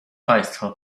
państwo